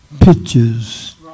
pictures